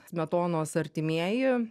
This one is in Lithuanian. smetonos artimieji